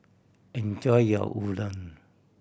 enjoy your Udon